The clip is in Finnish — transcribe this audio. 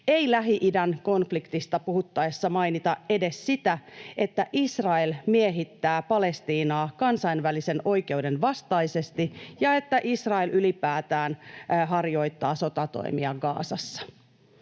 ei Lähi-idän konfliktista puhuttaessa mainita edes sitä, että Israel miehittää Palestiinaa kansainvälisen oikeuden vastaisesti ja että Israel ylipäätään harjoittaa sotatoimia Gazassa.